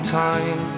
time